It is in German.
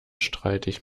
streitig